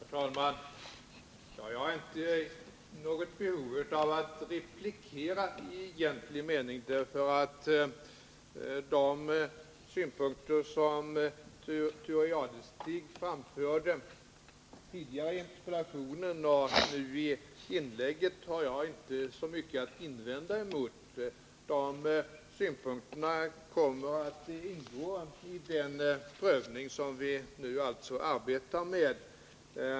Herr talman! Jag är inte i behov av att replikera i egentlig mening, eftersom jag inte har så mycket att invända emot de synpunkter som Thure Jadestig framfört såväl i interpellationen som i sitt inlägg här. Dessa synpunkter kommer att ingå i den prövning som vi arbetar med.